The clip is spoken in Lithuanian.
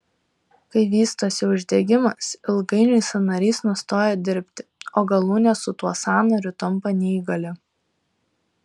kai vystosi uždegimas ilgainiui sąnarys nustoja dirbti o galūnė su tuo sąnariu tampa neįgali